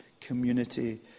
community